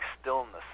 stillness